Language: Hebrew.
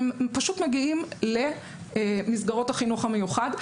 הם פשוט מגיעים למסגרות החינוך המיוחד,